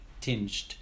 tinged